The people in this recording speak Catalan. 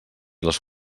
les